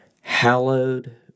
hallowed